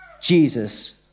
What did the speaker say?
Jesus